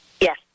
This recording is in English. Yes